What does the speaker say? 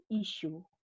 issue